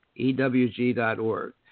ewg.org